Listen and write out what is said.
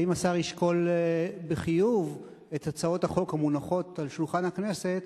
האם השר ישקול בחיוב את הצעות החוק המונחות על שולחן הכנסת